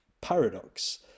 paradox